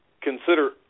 consider